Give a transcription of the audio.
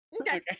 Okay